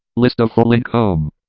list of full link home.